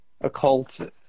occult